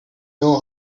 know